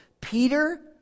Peter